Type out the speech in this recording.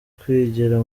kwigira